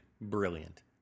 brilliant